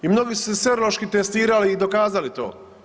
I mnogi su se serološki testirali i dokazali to.